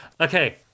Okay